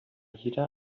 jeder